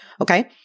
okay